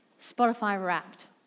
Spotify-wrapped